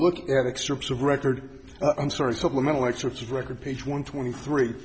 look at excerpts of record i'm sorry supplemental excerpts of record page one twenty three